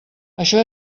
això